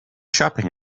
shopping